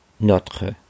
notre